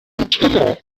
nutella